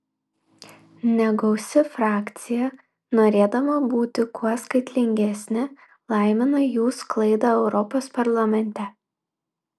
negausi frakcija norėdama būti kuo skaitlingesnė laimina jų sklaidą europos parlamente